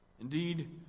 Indeed